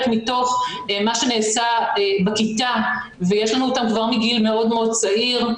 מתוך מה שנעשה בכיתה ויש לנו אותם כבר מגיל מאוד מאוד צעיר,